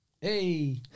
Hey